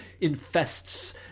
infests